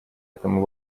этому